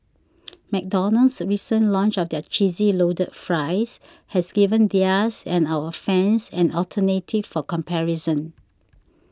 McDonald's recent launch of their cheesy loaded fries has given theirs and our fans an alternative for comparison